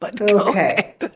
Okay